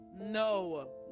No